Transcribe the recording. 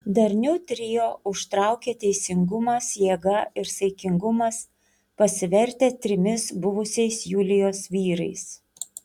darniu trio užtraukė teisingumas jėga ir saikingumas pasivertę trimis buvusiais julijos vyrais